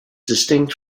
distinct